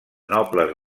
nobles